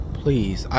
please